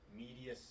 media